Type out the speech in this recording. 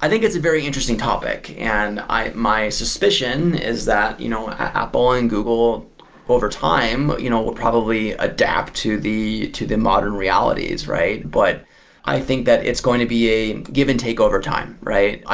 i think it's a very interesting topic. and my suspicion is that you know apple and google overtime you know will probably adapt to the to the modern realities, right? but i think that it's going to be a give-and-take overtime.